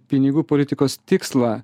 pinigų politikos tikslą